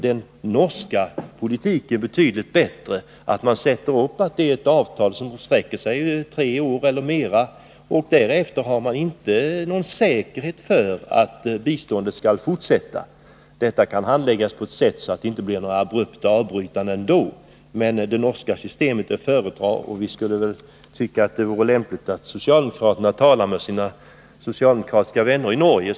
Den norska politiken är betydligt bättre. Där upprättar man ett avtal som sträcker sig över en tid av två eller tre år eller längre. Därefter finns inte någon säkerhet för att biståndet skall fortsätta. Biståndsfrågorna kan likväl handläggas på ett sådant sätt att det inte blir några abrupta avbrytanden. Det norska systemet är att föredra, och det vore lämpligt att socialdemokraterna talade med sina socialdemokratiska vänner i Norge.